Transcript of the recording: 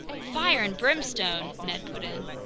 fire and brimstone! ned put in.